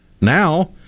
Now